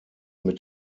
mit